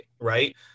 right